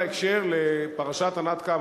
בהקשר לפרשת ענת קם,